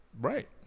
Right